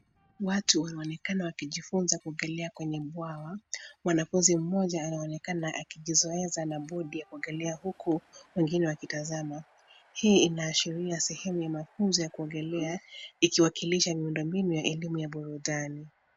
Watu wanaonekana wakijifunza kuogelea kwenye bwawa. Mwanafunzi mmoja anaonekana akijioesha na bodi ya kuogoelea huku wengine wakitazama. Hii inaashiria sehemu ya mafunzo ya kuogelea, ikiwakilisha miundombinu ya elimu ya burudani.